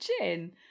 Gin